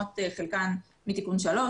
חלקן מתיקון 3,